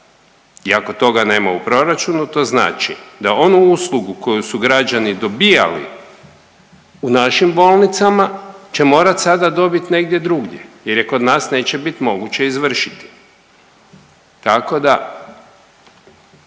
ako toga nema u proračunu da onu uslugu koju su građani dobijali u našim bolnicama će morat sada dobiti negdje drugdje jer je kod nas neće bit moguće izvršiti. Tako da,